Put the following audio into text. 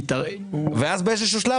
ואז באיזשהו שלב,